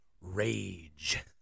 rage